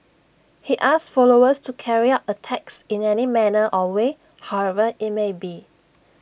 he asked followers to carry out attacks in any manner or way however IT may be